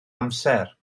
amser